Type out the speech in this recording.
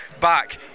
back